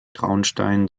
traunstein